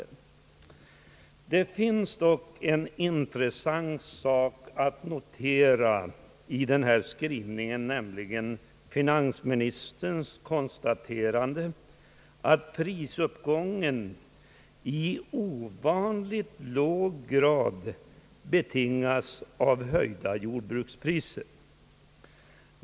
I den här skrivningen finns en intressant sak att notera, nämligen finansministerns konstaterande att prisuppgången i ovanligt låg grad betingas av höjda jordbrukspriser.